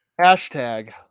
Hashtag